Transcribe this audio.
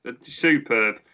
superb